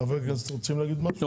חברי הכנסת רוצים להגיד משהו?